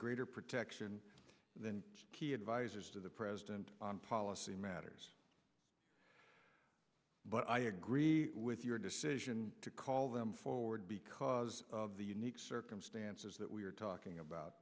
greater protect and then key advisers to the president on policy matters but i agree with your decision to call them forward because of the unique circumstances that we are talking about